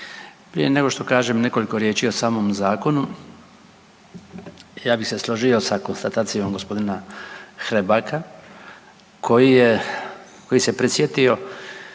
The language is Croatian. Prije nego što kažem nekoliko riječi o samom zakonu, ja bih se složio sa konstatacijom g. Hrebaka koji je, koji